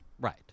Right